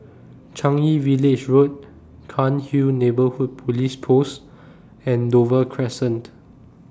Changi Village Road Cairnhill Neighbourhood Police Post and Dover Crescent